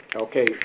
Okay